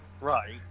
Right